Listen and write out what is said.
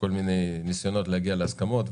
כל מיני ניסיונות להגיע להסכמות,